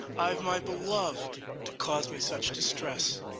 i've my beloved to cause me such distress.